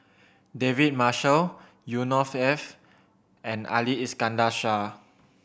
David Marshall Yusnor Ef and Ali Iskandar Shah